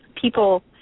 people